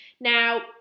Now